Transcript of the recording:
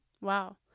Wow